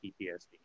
PTSD